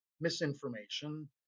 misinformation